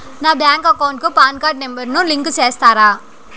నా bank account కు PAN card number ను లింకు సేస్తారా?